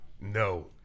No